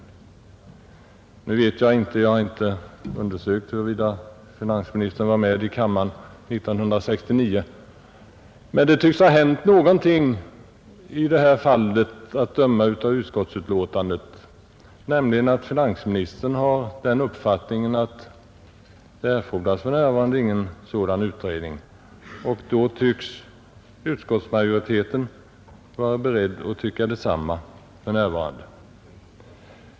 Jag har inte undersökt huruvida finansministern var med i kammaren 1969, men att döma av utskottsbetänkandet har finansministern den uppfattningen att det för närvarande inte erfordras någon sådan utredning, och då är tydligen utskottsmajoriteten beredd att tycka detsamma.